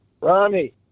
Rami